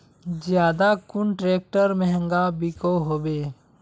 ज्यादा कुन ट्रैक्टर महंगा बिको होबे?